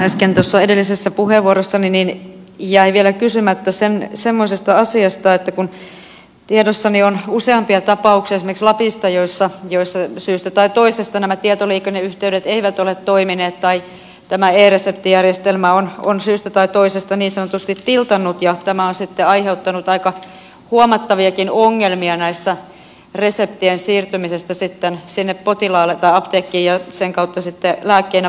äsken tuossa edellisessä puheenvuorossani jäi vielä kysymättä semmoisesta asiasta että tiedossani on useampia tapauksia esimerkiksi lapista joissa syystä tai toisesta nämä tietoliikenneyhteydet eivät ole toimineet tai tämä e reseptijärjestelmä on syystä tai toisesta niin sanotusti tiltannut ja tämä on sitten aiheuttanut aika huomattaviakin ongelmia reseptien siirtymisessä apteekkiin ja sen kautta lääkkeinä potilaalle